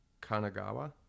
Kanagawa